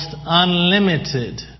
unlimited